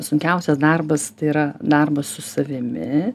sunkiausias darbas tai yra darbas su savimi